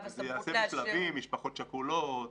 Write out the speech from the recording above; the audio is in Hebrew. זה ייעשה בשלבים משפחות שכולות,